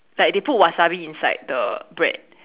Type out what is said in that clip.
like they put wasabi inside the bread